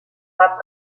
pas